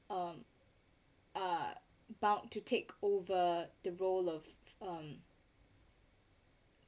um are about to take over the role of um